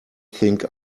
think